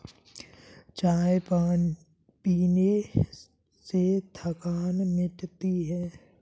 चाय पीने से थकान मिटती है